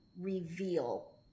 reveal